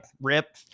rip